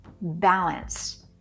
balance